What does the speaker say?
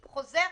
החוזר.